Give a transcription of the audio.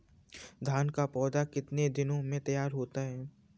धान का पौधा कितने दिनों में तैयार होता है?